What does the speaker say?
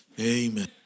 Amen